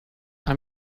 i’m